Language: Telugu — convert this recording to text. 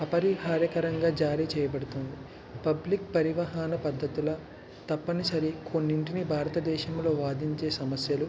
అపరిహారికంగా జారీ చేయబడుతుంది పబ్లిక్ పరివాహన పద్ధతుల తప్పనిసరి కొన్నింటిని భారతదేశంలో వాదించే సమస్యలు